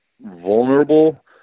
vulnerable